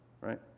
right